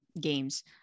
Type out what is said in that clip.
games